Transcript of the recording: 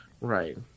Right